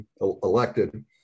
elected